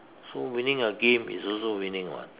so winning a game is also winning [what]